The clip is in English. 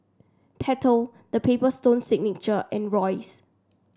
Pentel The Paper Stone Signature and Royce